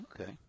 Okay